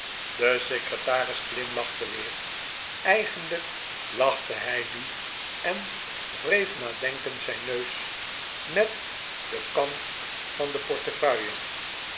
de secretaris glimlachte weer eigenlijk lachte hij nu en wreef nadenkend zijn neus met den kant van de portefeuille